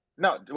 No